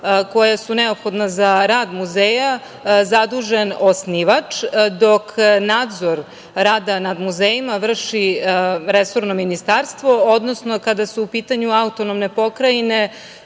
koja su neophodna za rad muzeja zadužen osnivač, dok nadzor rada nad muzejima vrši resorno ministarstvo, odnosno kada su u pitanju autonomne pokrajine,